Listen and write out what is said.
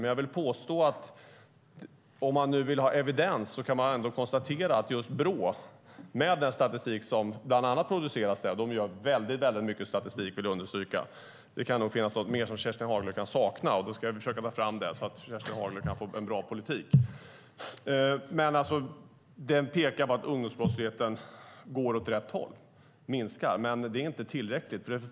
Men om man vill ha evidens kan jag konstatera att den statistik som Brå producerar - jag vill understryka att de gör mycket statistik - visar att ungdomsbrottsligheten minskar och alltså går åt rätt håll. Det kan nog finnas något mer som Kerstin Haglö kan sakna. Då ska jag försöka ta fram det, så att hon kan få en bra politik. Men detta är inte tillräckligt.